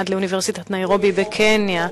עד לאוניברסיטת ניירובי בקניה,